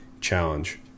challenge